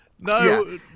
No